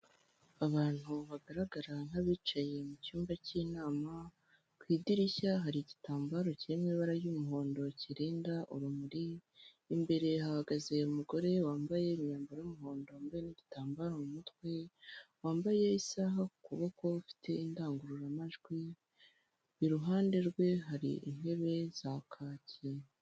Abantu bagaragara nk'abicaye mu cyumba cy'inama, ku idirishya hari igitambaro kiri mu ibara ry'umuhondo kirinda urumuri, imbere hagaze umugore wambaye imyambaro y'umuhondo hamwe n'igitambaro mu mutwe, wambaye isaha ku kuboko, ufite indangururamajwi, iruhande rwe hari intebe za kaki.